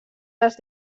les